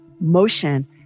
Motion